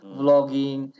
vlogging